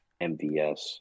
mvs